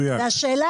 השאלה